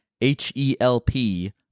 H-E-L-P